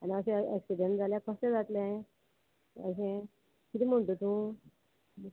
आनी अशें एक्सिडंट जालें कशें जातलें अशें किदें म्हणटा तूं